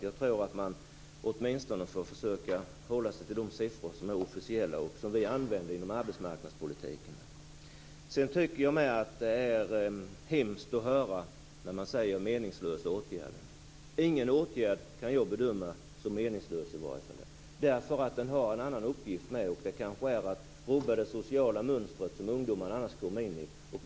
Jag tror att man får försöka hålla sig till de siffror som är officiella och som vi använder inom arbetsmarknadspolitiken. Sedan tycker jag också att det är hemskt när man säger meningslösa åtgärder. Jag kan inte bedöma någon åtgärd som meningslös. Åtgärderna har även en annan uppgift, och det är att rubba det sociala mönster som ungdomarna annars kommer in i.